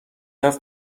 رفت